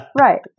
Right